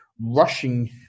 rushing